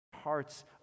hearts